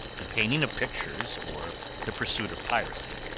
the painting of pictures, or the pursuit of piracy,